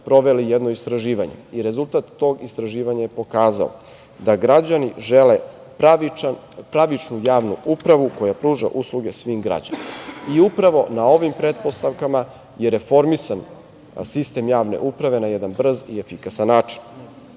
sprovedili jedno istraživanje. Rezultat tog istraživanja je pokazao da građani žele pravičnu javnu upravu koja pruža usluge svim građanima. Upravo na ovim pretpostavkama je reformisan sistem javne uprave na jedan brz i efikasan način.U